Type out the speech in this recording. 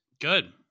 Good